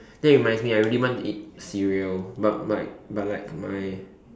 that reminds me I really want to eat cereal but like but like my